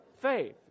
faith